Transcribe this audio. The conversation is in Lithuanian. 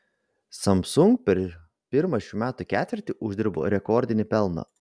samsung per pirmą šių metų ketvirtį uždirbo rekordinį pelną